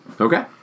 Okay